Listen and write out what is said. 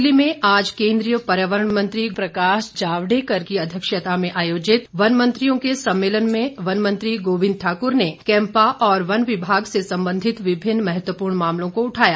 नई दिल्ली में आज केंद्रीय पर्यावरण मंत्री प्रकाश जावडेकर की अध्यक्षता में आयोजित वन मंत्रियों के सम्मेलन में वन मंत्री गोविंद ठाक्र ने कैम्पा और वन विभाग से संबंधित विभिन्न महत्वपूर्ण मामलों को उठाया